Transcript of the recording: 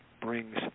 brings